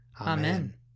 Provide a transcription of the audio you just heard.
Amen